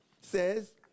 says